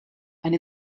eine